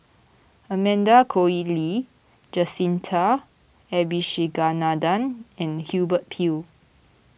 Amanda Koe Lee Jacintha Abisheganaden and Hubert Hill